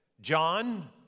John